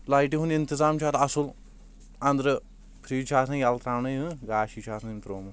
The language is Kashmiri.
لایٹہِ ہُنٛد انتظام چھُ اتھ اصل اندرٕ فرج چھُ آسان ییٚلہٕ تراونے گاش تہِ چھُ آسان أمۍ تروومُت